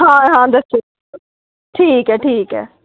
हां हां दस्सो ठीक ऐ ठीक ऐ